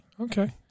Okay